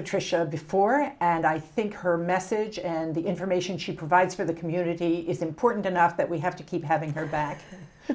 patricia before and i think her message and the information she provides for the community is important enough that we have to keep having her back